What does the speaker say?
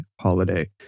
holiday